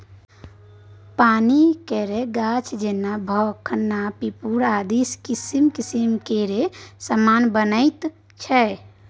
पानिक गाछ जेना भखना पिपुर आदिसँ किसिम किसिम केर समान बनैत छै